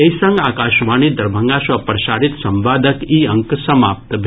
एहि संग आकाशवाणी दरभंगा सँ प्रसारित संवादक ई अंक समाप्त भेल